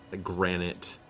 ah granite